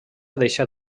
deixat